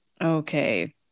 Okay